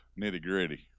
nitty-gritty